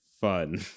fun